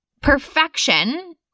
perfection